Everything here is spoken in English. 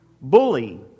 bully